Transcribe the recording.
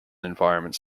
environments